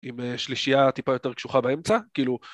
עם שלישיה טיפה יותר קשוחה באמצע, כאילו